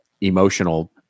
emotional